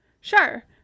sure